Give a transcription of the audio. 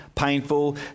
Painful